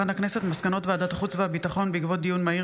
מסקנות ועדת החוץ והביטחון בעקבות דיון מהיר